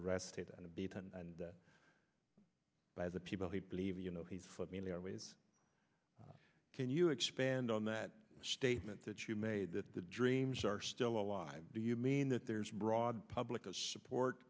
arrested and beaten by the people he believe you know he's familiar ways can you expand on that statement that you made that the dreams are still alive do you mean that there's broad public support